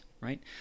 right